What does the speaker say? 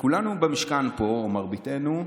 וכולנו במשכן פה, או מרביתנו,